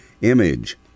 image